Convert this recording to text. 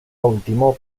último